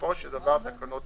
בסופו של דבר הן טובות.